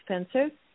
expensive